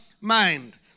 mind